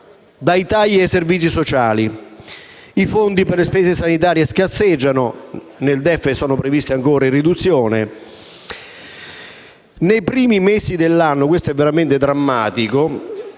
dai tagli nei servizi sociali. I fondi per le spese sanitarie scarseggiano e nel DEF sono previste ulteriori riduzioni. Nei primi mesi dell'anno - questo è veramente drammatico